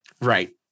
Right